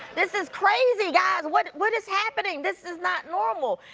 this is crazy, guys! what what is happening? this is not normal!